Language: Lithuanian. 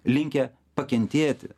linkę pakentėti